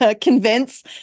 convince